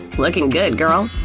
lookin' good girl!